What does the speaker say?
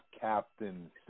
Captain